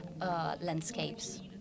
landscapes